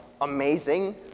amazing